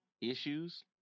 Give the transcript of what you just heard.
issues